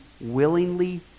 willingly